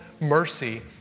mercy